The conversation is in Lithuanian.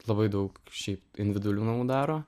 labai daug šiaip individualių namų daro